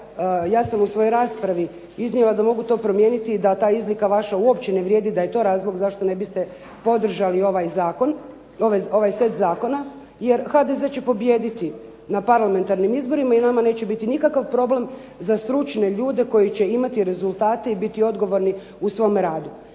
ja sam u svojoj raspravi iznijela da mogu to promijeniti, da ta izlika vaša uopće ne vrijedi, da je to razlog zašto ne biste podržali ovaj zakon, ovaj set zakona, jer HDZ će pobijediti na parlamentarnim izborima i nama neće biti nikakav problem za stručne ljude koji će imati rezultate i biti odgovorni u svom radu.